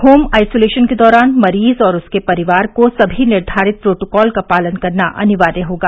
home isolation के दौरान मरीज और उसके परिवार को सभी निर्धारित प्रोटोकॉल का पालन करना अनिवार्य होगा